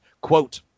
Quote